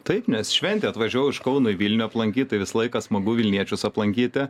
taip nes šventė atvažiavau iš kauno į vilniu aplankyt tai visą laiką smagu vilniečius aplankyti